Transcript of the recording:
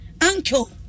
uncle